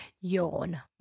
Yawn